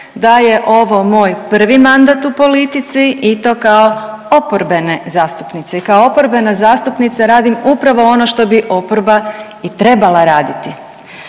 da je ovo moj prvi mandat u politici i to kao oporbene zastupnice i kao oporbena zastupnica radim upravo ono što bi oporba i trebala raditi,